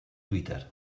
twitter